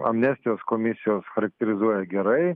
amnestijos komisijos charakterizuoja gerai